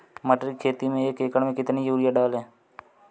मटर की खेती में एक एकड़ में कितनी यूरिया डालें?